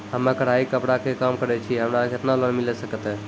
हम्मे कढ़ाई कपड़ा के काम करे छियै, हमरा केतना लोन मिले सकते?